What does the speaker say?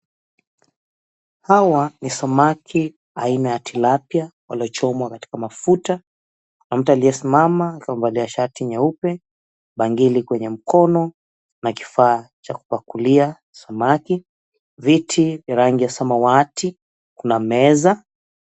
Hawa ni samaki aina ya tilapia, waiochomwa katika mafuta. Kuna mtu aliyesimama akiwa amevalia shati nyeupe, bangili kwenye mkono na kifaa cha kupakulia samaki. Viti rangi ya samawati, kuna meza.